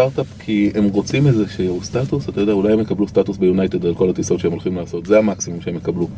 סטארטאפ, כי הם רוצים איזשהו סטטוס, ואולי הם יקבלו סטטוס ביונייטד על כל הטיסות שהם הולכים לעשות. זה המקסימום שהם יקבלו.